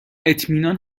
اطمینان